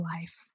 life